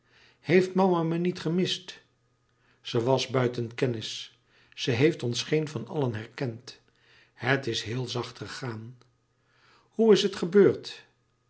heeft mama me niet gemist ze was buiten kennis ze heeft ons geen van allen herkend het is heel zacht gegaan hoe is het gebeurd